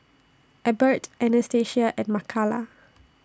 Ebert Anastacia and Makala